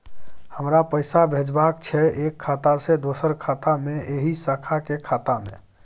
हमरा पैसा भेजबाक छै एक खाता से दोसर खाता मे एहि शाखा के खाता मे?